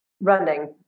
running